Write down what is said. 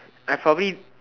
I probably